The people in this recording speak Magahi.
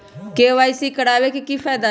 के.वाई.सी करवाबे के कि फायदा है?